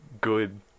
good